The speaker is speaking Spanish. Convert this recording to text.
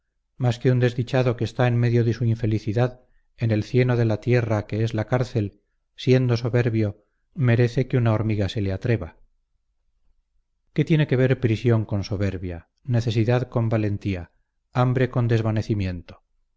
mas que un desdichado que está en medio de su infelicidad en el cieno de la tierra que es la cárcel siendo soberbio merece que una hormiga se le atreva qué tiene que ver prisión con soberbia necesidad con valentía hambre con desvanecimiento